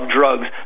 drugs